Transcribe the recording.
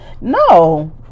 no